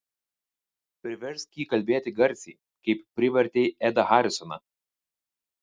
priversk jį kalbėti garsiai kaip privertei edą harisoną